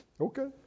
okay